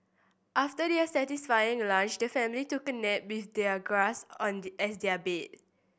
after their satisfying lunch the family took a nap with the grass and as their bed